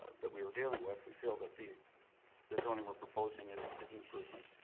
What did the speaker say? that we were dealing with, we feel that the the zoning we're proposing is is an improvement.